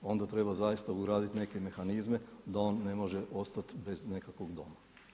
Onda treba zaista uraditi neke mehanizme da on ne može ostati bez nekakvog doma.